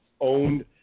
owned